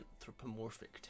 anthropomorphic